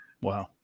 Wow